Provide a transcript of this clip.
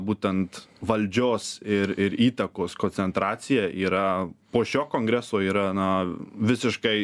būtent valdžios ir ir įtakos koncentracija yra po šio kongreso yra na visiškai